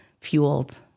fueled